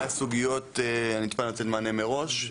ניתנו מענה מראש.